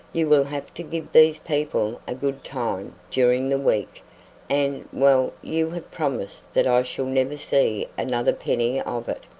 you will have to give these people a good time during the week and well you have promised that i shall never see another penny of it.